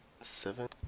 Seven